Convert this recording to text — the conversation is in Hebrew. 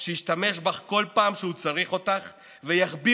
והוא ישתמש בך בכל פעם שהוא צריך אותך ויחביא